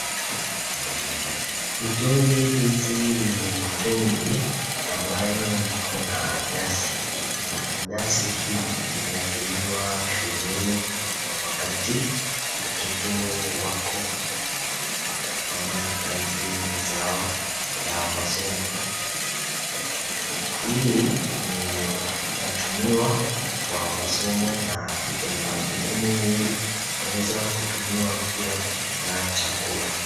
Mitungi hizi ni mitungi ambayo iko na gasi na gasi hii inatumiwa shuleni wakati watoto wako kufanya kazi zao za masomo. Hii ni inatumiwa kwa masomo na ina majukumu mengi inaweza kutumiwa pia kupika chakula.